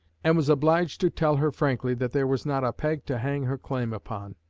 and was obliged to tell her frankly that there was not a peg to hang her claim upon,